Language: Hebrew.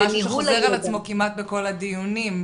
זה משהו שחוזר על עצמו כמעט בכל הדיונים,